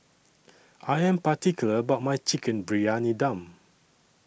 I Am particular about My Chicken Briyani Dum